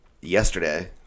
yesterday